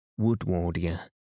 Woodwardia